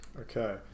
Okay